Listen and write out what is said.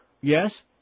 Yes